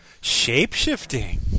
shape-shifting